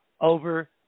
over